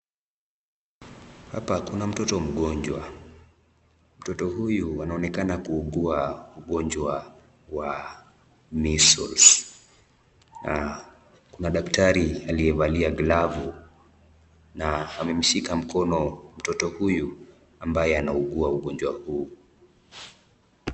Hapa kuna mtoto mgonjwa, mtoto huyu anaonekana kuugua ugonjwa wa measles . Aa kuna daktari aliyevalia glavu na amemshika mkono mtoto huyo ambaye anaugua ugonjwa huo.